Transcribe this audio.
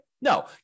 No